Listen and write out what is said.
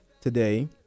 today